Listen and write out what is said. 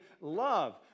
love